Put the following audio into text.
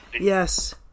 Yes